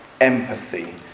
empathy